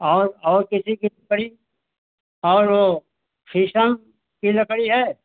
और और किसी की लकड़ी और वो शीशम की लकड़ी है